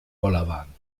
bollerwagen